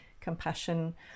compassion